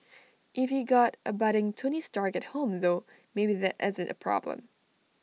if you got A budding tony stark at home though maybe that isn't A problem